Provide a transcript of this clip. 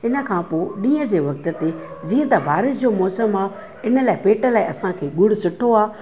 इन खां पोइ ॾींहं जे वक़्त ते जीअं त बारिश जो मौसम आहे इन लाइ पेट लाइ असांखे ॻुड़ु सुठो आहे